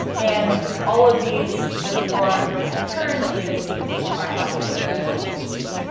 and all of these just form returns that then you could subtract off a baseline for too.